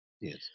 Yes